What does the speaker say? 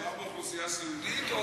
מדובר באוכלוסייה סיעודית או,